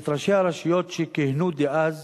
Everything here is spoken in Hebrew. את ראשי הרשויות שכיהנו אז,